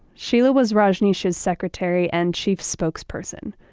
sheela was rajneesh's secretary and chief spokesperson.